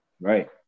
Right